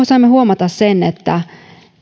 saimme huomata sen että